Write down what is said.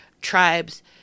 tribes